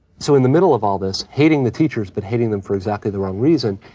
so in the middle of all this, hating the teachers, but hating them for exactly the wrong reason,